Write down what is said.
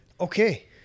okay